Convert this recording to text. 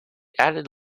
added